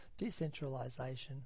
decentralisation